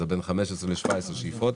זה בין 15 ל-17 שאיפות,